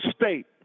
State